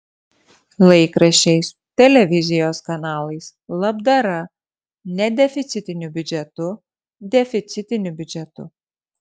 laikraščiais televizijos kanalais labdara nedeficitiniu biudžetu deficitiniu biudžetu